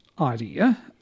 idea